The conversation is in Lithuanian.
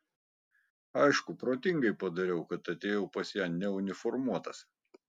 aišku protingai padariau kad atėjau pas ją neuniformuotas